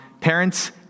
Parents